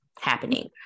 happening